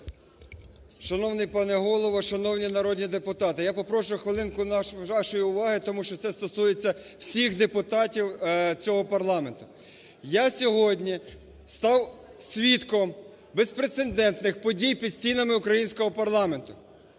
Шановний пане Голово, шановні народні депутати! Я попрошу хвилинку вашої уваги, тому що це стосується всіх депутатів цього парламенту. Я сьогодні став свідком безпрецедентних подій під стінами українського парламенту,